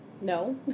No